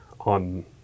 on